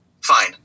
Fine